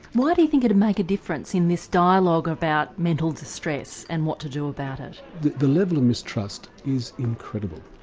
why do you think it would make a difference in this dialogue about mental distress and what to do about it? the the level of mistrust is incredible.